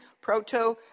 Proto